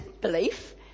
belief